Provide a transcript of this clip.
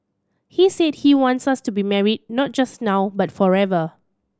he said he wants us to be married not just now but forever